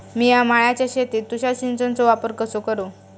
मिया माळ्याच्या शेतीत तुषार सिंचनचो वापर कसो करू?